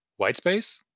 whitespace